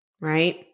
right